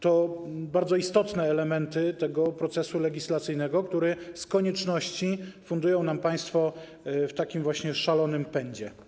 To są bardzo istotne elementy procesu legislacyjnego, który z konieczności fundują nam państwo w takim właśnie szalonym pędzie.